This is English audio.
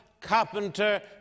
carpenter